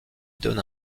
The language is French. donne